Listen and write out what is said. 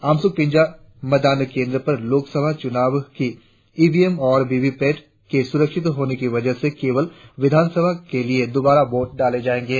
अमसुकपिंजा मतदान केंद्र पर लोक सभा चुनाव की ईवीएम और वीवीपैट के सुरक्षित होने की वजह से केवल विधान सभा के लिए दोबारा वोट डाले जाएंगे